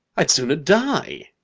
i'd sooner die.